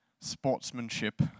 sportsmanship